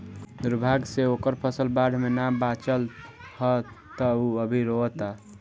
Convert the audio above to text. दुर्भाग्य से ओकर फसल बाढ़ में ना बाचल ह त उ अभी रोओता